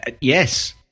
Yes